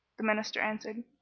the minister answered,